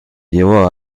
llevó